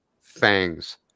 fangs